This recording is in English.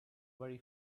very